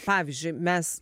pavyzdžiui mes